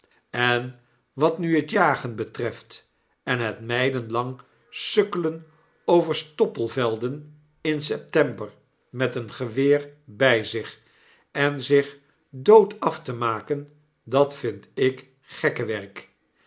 en wat nn het jagen betreft en het mijlen lang sukkelen over stoppelvelden in september met een geweer tyi zich en zich do odafte maken dat vind ik gekkenwerk